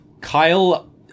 Kyle